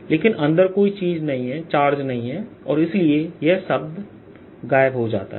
लेकिन अंदर कोई चार्ज नहीं है और इसलिए यह शब्द गायब हो जाता है